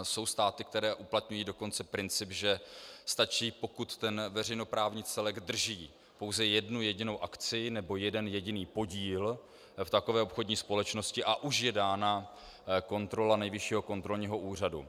Jsou státy, které uplatňují dokonce princip, že stačí, pokud veřejnoprávní celek drží pouze jednu jedinou akcii nebo jeden jediný podíl v takové obchodní společnosti, a už jde dána kontrola Nejvyššího kontrolního úřadu.